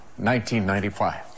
1995